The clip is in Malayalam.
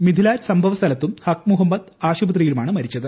മിഥിലാജ് സംഭവസ്ഥലത്തും ഹക് മുഹമ്മദ് ആശുപത്രിയിലുമാണ് മരിച്ചത്